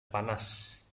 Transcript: panas